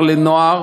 בבית-סוהר לנוער,